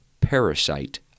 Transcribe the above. parasite